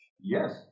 Yes